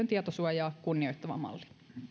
tietosuojaa kunnioittava malli